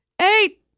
Eight